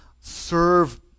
serve